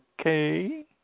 okay